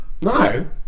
No